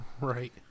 Right